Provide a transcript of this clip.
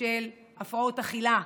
של הפרעות אכילה,